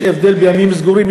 יש הבדל בין ימים סגורים,